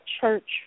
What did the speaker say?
church